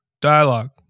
Dialogue